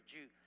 Jew